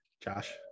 Josh